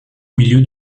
milieu